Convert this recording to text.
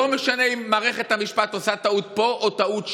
לא משנה אם מערכת המשפט עושה טעות פה או טעות שם,